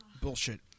Bullshit